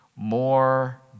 more